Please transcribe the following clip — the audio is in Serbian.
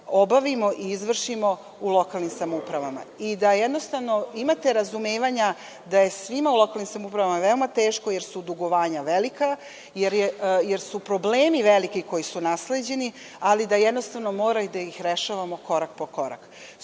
obavimo i izvršimo u lokalnim samoupravama. Imate razumevanja da je svima u lokalnim samoupravama veoma teško, jer su dugovanja velika, jer su problemi koji su nasleđeni veliki, ali da moramo da ih rešavamo korak po korak.U